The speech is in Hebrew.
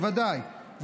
בוודאי.